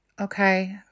Okay